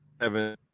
Evan